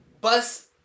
Bus